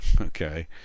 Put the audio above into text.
okay